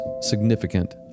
significant